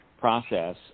process